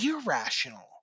irrational